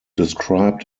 described